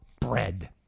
bread